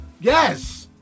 Yes